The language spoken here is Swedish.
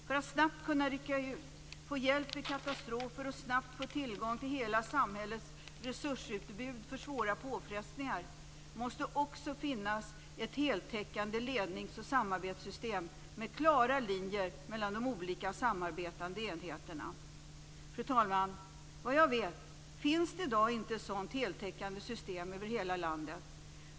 För att snabbt kunna rycka ut, få hjälp vid katastrofer och snabbt få tillgång till hela samhällets resursutbud vid svåra påfrestningar måste det också finnas ett heltäckande lednings och samarbetssystem, med klara linjer mellan de olika samarbetande enheterna. Fru talman! Vad jag vet finns det i dag inte ett sådant heltäckande system över hela landet.